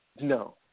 no